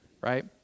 right